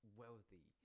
wealthy